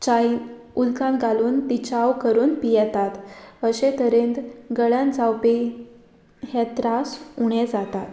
चाय उल्कान घालून ती चाव करून पियेतात अशे तरेन गळ्यांत जावपी हे त्रास उणें जाता